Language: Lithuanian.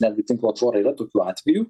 netgi tinklo tvorą yra tokių atvejų